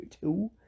two